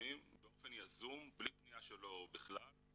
הרישומים באופן יזום בלי פניה שלו בכלל.